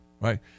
right –